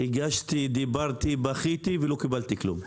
הגשתי, דיברתי, בכיתי ולא קיבלתי כלום.